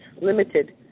limited